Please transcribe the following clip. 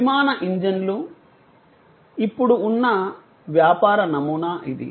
విమాన ఇంజిన్లు ఇప్పుడు ఉన్నవ్యాపార నమూనా ఇది